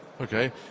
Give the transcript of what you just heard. Okay